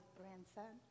grandson